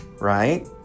right